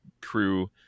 crew